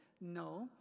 no